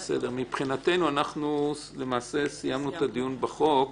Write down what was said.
אז מבחינתנו סיימנו את הדיון בחוק.